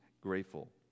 grateful